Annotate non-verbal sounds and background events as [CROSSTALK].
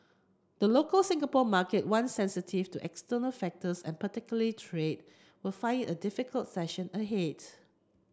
the local Singapore market one sensitive to external factors and particularly trade would find it a difficult session [UNINTELLIGIBLE]